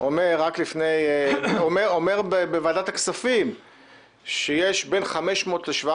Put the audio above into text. אומר בוועדת הכספים שיש בין 500 ל-700